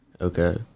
Okay